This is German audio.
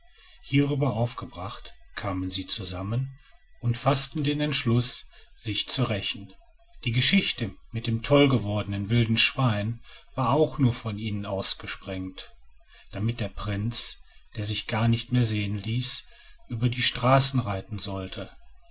hierüber aufgebracht kamen sie zusammen und faßten den entschluß sich zu rächen die geschichte mit dem tollgewordenen wilden schwein war auch nur von ihnen ausgesprengt damit der prinz der sich gar nicht mehr sehen ließ über die straße reiten sollte